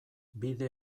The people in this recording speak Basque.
bide